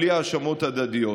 בלי האשמות הדדיות.